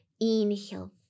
inhale